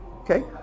okay